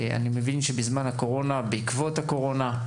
שבזמן הקורונה, בעקבות הקורונה,